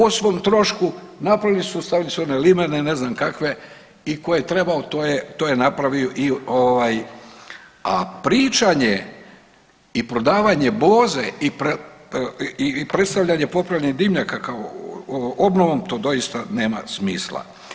O svom trošku napravili su, stavili su one limene, ne znam kakve i tko je trebao to je napravio, a pričanje i prodavanje boze i predstavljanje popravljanja dimnjaka kao obnovom to doista nema smisla.